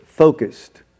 focused